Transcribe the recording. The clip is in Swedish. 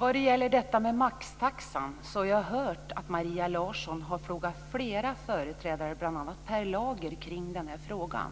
Herr talman! När det gäller maxtaxan har jag hört att Maria Larsson har frågat flera företrädare, bl.a. Per Lager, om den frågan.